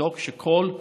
נבדוק שלכל ה-300,